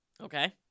Okay